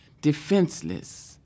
defenseless